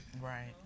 Right